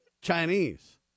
Chinese